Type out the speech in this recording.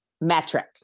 metric